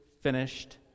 finished